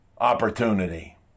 opportunity